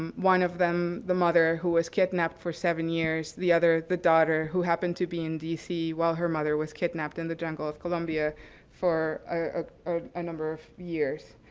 um one of them, the mother, who was kidnapped for seven years. the other, the daughter, who happened to be in d c. while her mother was kidnapped in the jungle of columbia for a ah ah number of years.